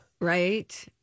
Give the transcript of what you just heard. right